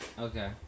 Okay